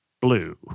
blue